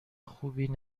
خوبی